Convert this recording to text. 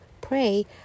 pray